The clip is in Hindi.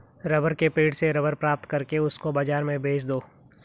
रबर के पेड़ से रबर प्राप्त करके उसको बाजार में बेच दो